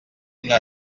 una